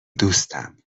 دوستم